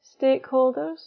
stakeholders